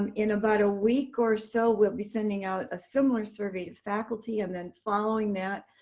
um in about a week or so, we'll be sending out a similar survey of faculty. and then following that,